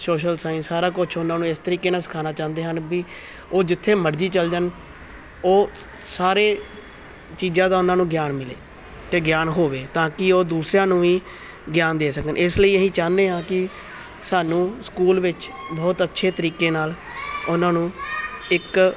social science ਸਾਰਾ ਕੁਛ ਉਹਨਾਂ ਨੂੰ ਇਸ ਤਰੀਕੇ ਨਾਲ ਸਿਖਾਉਣਾ ਚਾਹੁੰਦੇ ਹਨ ਵੀ ਉਹ ਜਿੱਥੇ ਮਰਜ਼ੀ ਚਲੇ ਜਾਣ ਉਹ ਸਾਰੇ ਚੀਜ਼ਾਂ ਦਾ ਉਹਨਾਂ ਨੂੰ ਗਿਆਨ ਮਿਲੇ ਅਤੇ ਗਿਆਨ ਹੋਵੇ ਤਾਂ ਕਿ ਉਹ ਦੂਸਰਿਆਂ ਨੂੰ ਵੀ ਗਿਆਨ ਦੇ ਸਕਣ ਇਸ ਲਈ ਅਸੀਂ ਚਾਹੁੰਦੇ ਹਾਂ ਕਿ ਸਾਨੂੰ ਸਕੂਲ ਵਿੱਚ ਬਹੁਤ ਅੱਛੇ ਤਰੀਕੇ ਨਾਲ ਉਹਨਾਂ ਨੂੰ ਇੱਕ